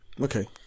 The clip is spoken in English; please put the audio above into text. Okay